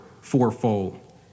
fourfold